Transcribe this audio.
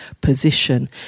position